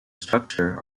structure